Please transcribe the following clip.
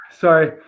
sorry